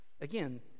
again